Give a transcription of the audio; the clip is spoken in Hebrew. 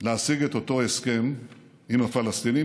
להשיג את אותו הסכם עם הפלסטינים,